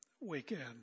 weekend